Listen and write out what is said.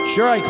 Sure